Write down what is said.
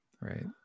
Right